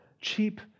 cheap